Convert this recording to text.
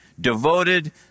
devoted